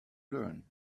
learn